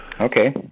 Okay